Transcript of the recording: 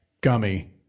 gummy